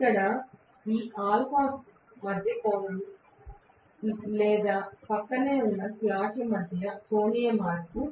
ఇక్కడ α మధ్యలో కోణం లేదా ప్రక్కనే ఉన్న స్లాట్ల మధ్య కోణీయ మార్పు